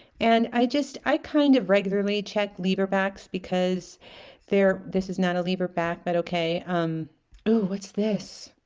and i just i kind of regularly check lever backs because they're this is not a lever back but okay um oh what's this